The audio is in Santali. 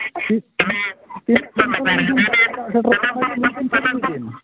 ᱴᱷᱤᱠ ᱛᱤᱱᱟᱹᱜ ᱥᱮᱴᱮᱨᱚᱜ ᱠᱟᱱᱟ ᱟᱹᱠᱤᱱ